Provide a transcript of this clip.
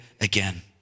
again